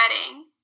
wedding